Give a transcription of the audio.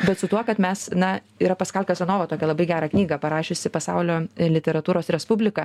bet su tuo kad mes na yra paskal kazanova tokią labai gerą knygą parašiusi pasaulio literatūros respublika